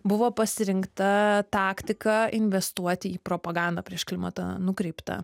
buvo pasirinkta taktika investuoti į propaganda prieš klimatą nukreiptą